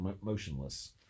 motionless